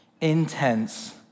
intense